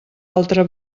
altra